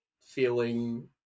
feeling